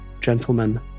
gentlemen